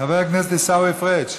חבר הכנסת עיסאווי פריג',